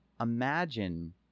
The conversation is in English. imagine